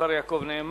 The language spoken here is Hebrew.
השר יעקב נאמן.